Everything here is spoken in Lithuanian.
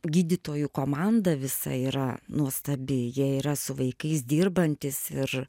gydytojų komanda visa yra nuostabi jie yra su vaikais dirbantys ir